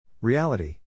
Reality